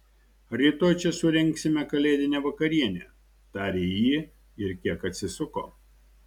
rytoj čia surengsime kalėdinę vakarienę tarė ji ir kiek atsisuko